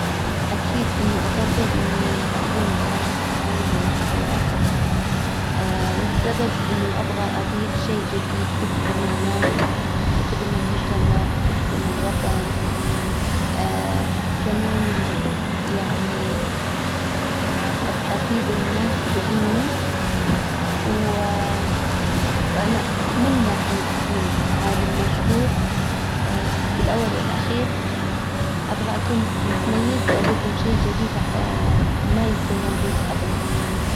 اكيد انه افضل اني اكون عالم عالمة مشهورة. والسبب انه ابغى اضيف شئ جديد يخدم الناس. يخدم المجتمع يخدم الوطن. كمان يعني افيد بعلمي. و وانا اتمنى اني اكون عالم مشهور في الاول والاخير. ابغى اكون متميز واجدم شئ جديد ما يكون موجود ابدا.